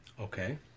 Okay